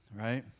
right